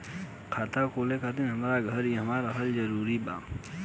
खाता खोले खातिर हमार घर इहवा रहल जरूरी बा का?